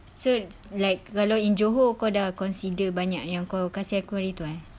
so like kalau in johor kau dah consider banyak yang kau kasi aku haritu eh